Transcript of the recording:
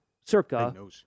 Circa